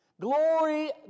Glory